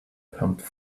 pumped